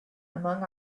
among